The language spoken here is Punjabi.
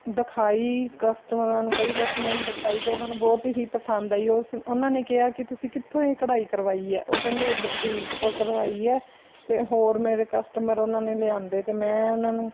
ਦਿਖਾਈ ਕਸਟਮਰਾਂ ਨੂੰ ਕਈ ਕਸਟਮਰਾਂ ਨੂੰ ਦਿਖਾਈ ਅਤੇ ਉਹਨਾਂ ਨੂੰ ਬਹੁਤ ਹੀ ਪਸੰਦ ਆਈ ਓਸ ਉਹਨਾਂ ਨੇ ਕਿਹਾ ਕਿ ਤੁਸੀਂ ਕਿੱਥੋਂ ਇਹ ਕਢਾਈ ਕਰਵਾਈ ਹੈ ਉਹ ਕਹਿੰਦੇ ਓਹ ਬੁਟੀਕ ਤੋਂ ਕਰਵਾਈ ਹੈ ਅਤੇ ਹੋਰ ਮੇਰੇ ਕਸਟਮਰ ਉਹਨਾਂ ਨੇ ਲਿਆਉਂਦੇ ਅਤੇ ਮੈਂ ਉਹਨਾਂ ਨੂੰ